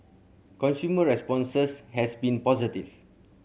consumer responses has been positive